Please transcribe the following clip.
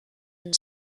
and